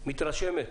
מתרשמת